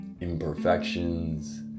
imperfections